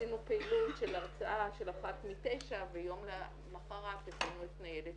עשינו פעילות של הרצאה של אחת מתשע ויום למחרת הבאנו את ניידת